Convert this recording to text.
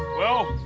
well,